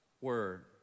Word